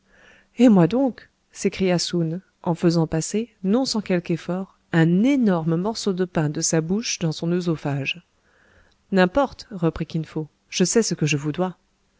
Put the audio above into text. et moi donc s'écria soun en faisant passer non sans quelque effort un énorme morceau de pain de sa bouche dans son oesophage n'importe reprit kin fo je sais ce que je vous dois